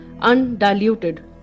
undiluted